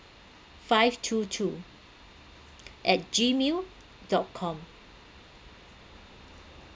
five two two at gmail dot com